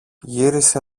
γύρισε